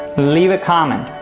leave a comment.